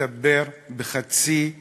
לדבר בחצי פה.